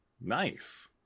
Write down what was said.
Nice